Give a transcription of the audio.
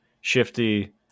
shifty